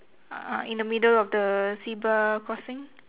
uh in the middle of the zebra crossing